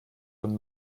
von